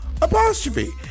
Apostrophe